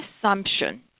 assumption